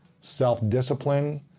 self-discipline